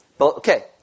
Okay